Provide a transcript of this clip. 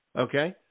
Okay